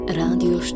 radio